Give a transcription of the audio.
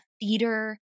theater